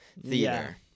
theater